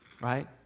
Right